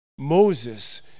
Moses